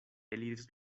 eliris